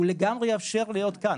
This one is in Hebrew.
לגמרי תאפשר להיות כאן.